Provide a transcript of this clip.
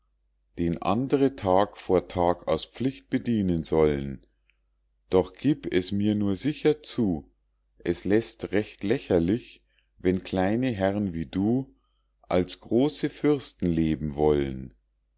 den andre tag vor tag aus pflicht bedienen sollen doch gib es mir nur sicher zu es läßt recht lächerlich wenn kleine herr'n wie du als große fürsten leben wollen